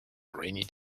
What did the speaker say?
rainy